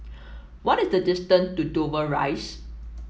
what is the distance to Dover Rise